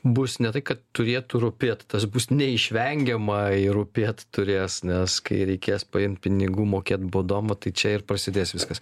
bus ne tai kad turėtų rūpėt tas bus neišvengiama ir rūpėt turės nes kai reikės paimt pinigų mokėt baudom va tai čia ir prasidės viskas